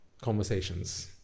conversations